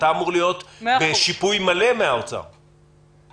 אתה אמור להיות בשיפוי מלא ממשרד האוצר.